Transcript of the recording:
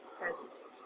presence